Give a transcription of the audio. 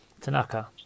Tanaka